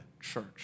church